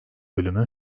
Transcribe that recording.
bölümü